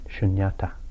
shunyata